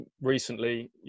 recently